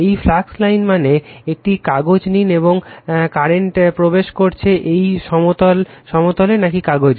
এই flux line মানে একটি কাগজ নিন এবং কারেন্ট প্রবেশ করছে এই সমতলে নাকি কাগজে